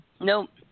Nope